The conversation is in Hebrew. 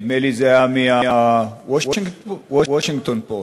נדמה לי שזה היה מה"וושינגטון פוסט".